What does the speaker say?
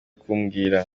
kumbwira